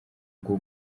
bwo